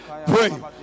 pray